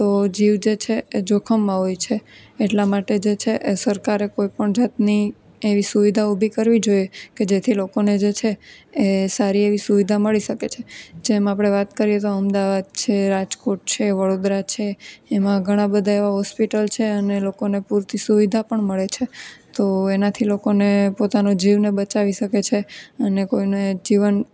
તો જીવ જે છે એ જોખમમાં હોય છે એટલા માટે જે છે એ સરકારે કોઈપણ જાતની એવી સુવિધા ઊભી કરવી જોઈએ કે જેથી લોકોને જે છે એ સારી એવી સુવિધા મળી શકે છે જેમ આપણે વાત કરીએ તો અમદાવાદ છે રાજકોટ છે વડોદરા છે એમાં ઘણાં બધા એવાં હોસ્પિટલ છે અને લોકોને પૂરતી સુવિધા પણ મળે છે તો એનાથી લોકોને પોતાનો જીવને બચાવી શકે છે અને કોઈને જીવન